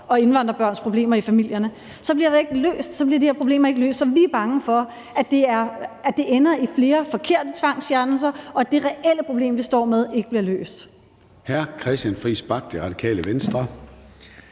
og indvandrerbørns problemer i familierne, bliver de her problemer ikke løst. Så vi er bange for, at det ender i flere forkerte tvangsfjernelser, og at det reelle problem, vi står med, ikke bliver løst.